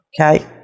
Okay